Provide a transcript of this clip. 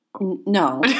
No